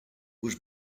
was